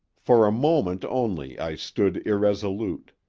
for a moment only i stood irresolute,